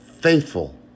faithful